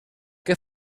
què